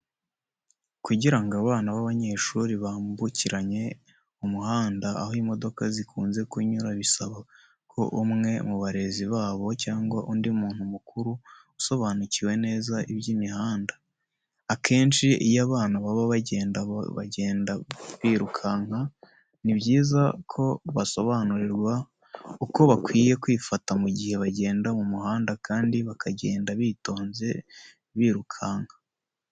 Kugira ngo abana b'abanyeshuri bambukiranye umuhanda aho imodoka zikunze kunyura bisaba ko umwe mu barezi babo cyangwa undi muntu mukuru usobanukiwe neza iby'imihanda. Akenshi iyo abana baba bagenda bagenda birukanka ni byiza ko basobanurirwa uko bakwiriye kwifata mu gihe bagenda mu muhanda kandi bakagenda bitonze birukanka.